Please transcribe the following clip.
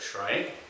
right